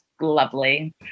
lovely